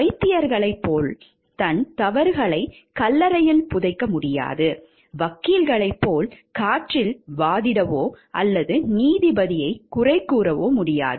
வைத்தியர்களைப் போல் தன் தவறுகளை கல்லறையில் புதைக்க முடியாது வக்கீல்களைப் போல காற்றில் வாதிடவோ அல்லது நீதிபதியைக் குறை கூறவோ முடியாது